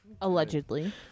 Allegedly